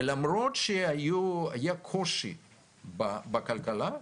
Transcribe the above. ולמרות שהיה קושי בכלכלה,